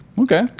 Okay